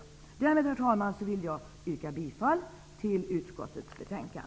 Herr talman! Därmed yrkar jag bifall till utskottets hemställan.